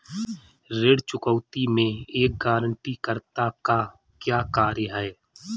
ऋण चुकौती में एक गारंटीकर्ता का क्या कार्य है?